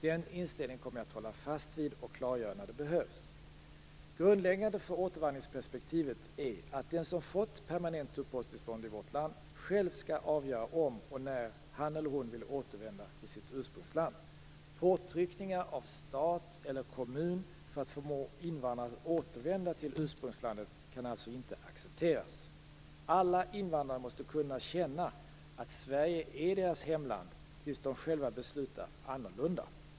Den inställningen kommer jag att hålla fast vid och klargöra när det behövs. Grundläggande för återvandringsperspektivet är att den som fått permanent uppehållstillstånd i vårt land själv skall avgöra om och när han eller hon vill återvända till sitt ursprungsland. Påtryckningar av stat eller kommun för att förmå invandraren att återvända till ursprungslandet kan alltså inte accepteras. Alla invandrare måste kunna känna att Sverige är deras hemland tills de själva beslutar annorlunda.